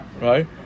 right